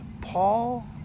Paul